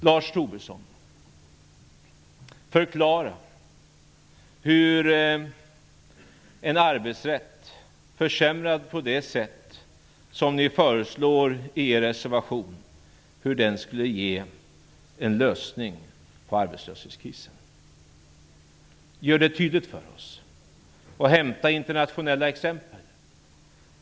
Lars Tobisson, förklara hur en arbetsrätt försämrad på det sätt som ni föreslår i er reservation skulle ge en lösning på arbetslöshetskrisen! Gör det tydligt för oss och hämta internationella exempel!